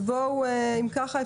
אם כך,